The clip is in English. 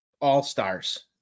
all-stars